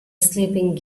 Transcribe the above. sleeping